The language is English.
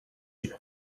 you